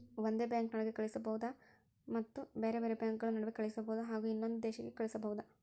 ಒಂದೇ ಬ್ಯಾಂಕಿನೊಳಗೆ ಕಳಿಸಬಹುದಾ ಮತ್ತು ಬೇರೆ ಬೇರೆ ಬ್ಯಾಂಕುಗಳ ನಡುವೆ ಕಳಿಸಬಹುದಾ ಹಾಗೂ ಇನ್ನೊಂದು ದೇಶಕ್ಕೆ ಕಳಿಸಬಹುದಾ?